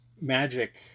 magic